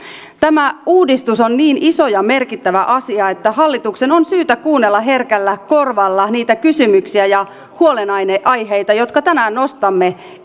tämä uudistus on niin iso ja merkittävä asia että hallituksen on syytä kuunnella herkällä korvalla niitä kysymyksiä ja huolenaiheita jotka tänään nostamme